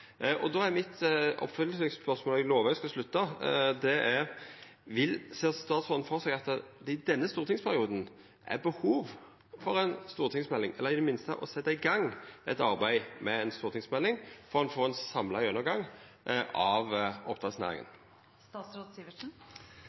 Eg lovar eg skal slutta, men oppfølgingsspørsmålet mitt er: Ser statsråden føre seg at det i denne stortingsperioden er behov for ei stortingsmelding, eller i det minste behov for å setja i gong eit arbeid med ei stortingsmelding, for å få ein samla gjennomgang av